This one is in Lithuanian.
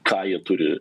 ką jie turi